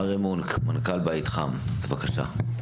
אריה מונק, מנכ"ל בית חם, בבקשה.